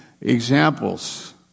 examples